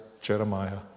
Jeremiah